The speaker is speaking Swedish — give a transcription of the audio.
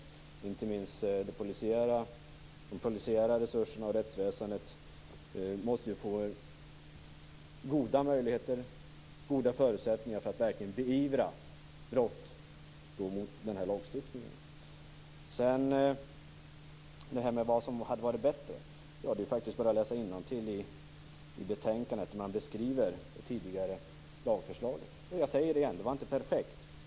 Inte minst måste de polisiära resurserna och rättsväsendet få goda möjligheter, goda förutsättningar att verkligen beivra brott mot den här lagstiftningen. Sedan till det här med vad som hade varit bättre. Det är faktiskt bara att läsa innantill i betänkandet där man beskriver det tidigare lagförslaget. Jag säger det igen: Det var inte perfekt.